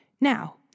Now